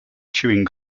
chewing